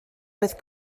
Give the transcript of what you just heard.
with